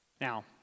Now